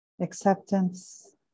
acceptance